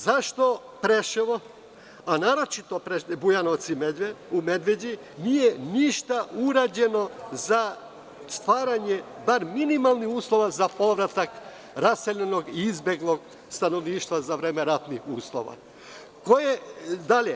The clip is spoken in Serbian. Zašto u Preševu, a naročito u Bujanovcu i Medveđi nije ništa urađeno za stvaranje barem minimalnih uslova za povratak raseljenog i izbeglog stanovništva za vreme ratnih uslova?